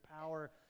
power